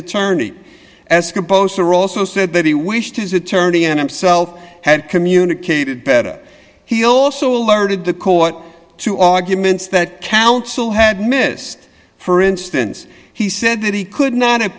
attorney as composer also said that he wished his attorney and himself had communicated better he also alerted the court to arguments that counsel had missed for instance he said that he could not have